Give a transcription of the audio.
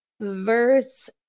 verse